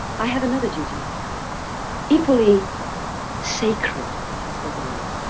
i have another duty equally sacred, if that is the word